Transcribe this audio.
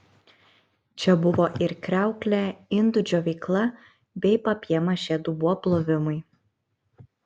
čia buvo ir kriauklė indų džiovykla bei papjė mašė dubuo plovimui